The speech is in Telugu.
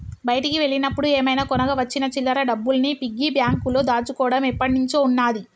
బయటికి వెళ్ళినప్పుడు ఏమైనా కొనగా వచ్చిన చిల్లర డబ్బుల్ని పిగ్గీ బ్యాంకులో దాచుకోడం ఎప్పట్నుంచో ఉన్నాది